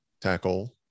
tackle